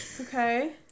Okay